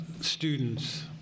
students